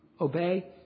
obey